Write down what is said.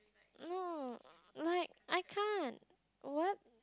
no like I can't what